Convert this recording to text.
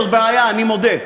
זאת בעיה, אני מודה.